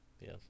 yes